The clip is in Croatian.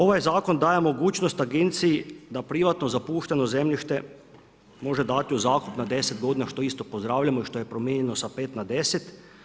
Ovaj zakon daje mogućnost agenciji da privatno zapušteno zemljište može dati u zakup na deset godina, što isto pozdravljamo što je promijenjeno sa pet na deset.